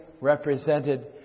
represented